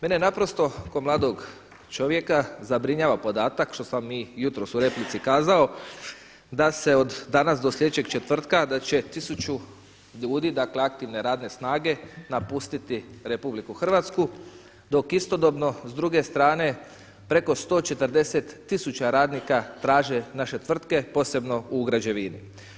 Mene naprosto kao mladog čovjeka zabrinjava podatak što sam i jutros u replici kazao da se od danas do sljedećeg četvrtka, da će 1000 ljudi, dakle aktivne radne snage napustiti RH dok istodobno s druge strane preko 140000 radnika traže naše tvrtke posebno u građevini.